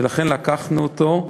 ולכן לקחנו אותו.